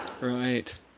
right